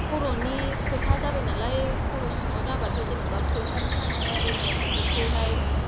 खर'नि खोथा जाबाय नालाय खर' सिङाव जाबाथ' जेनोबा थैसोम खानाय आरिनाय बिदिखौ हाय